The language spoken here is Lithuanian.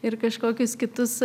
ir kažkokius kitus